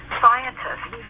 scientist